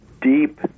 deep